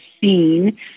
seen